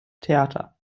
theater